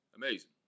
amazing